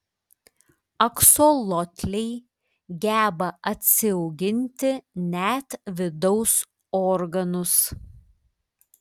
aksolotliai geba atsiauginti net vidaus organus